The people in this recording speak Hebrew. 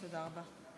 תודה רבה.